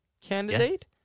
candidate